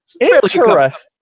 interesting